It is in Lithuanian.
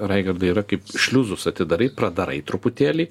raigardai yra kaip šliuzus atidarai pradarai truputėlį